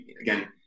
again